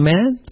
Man